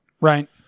Right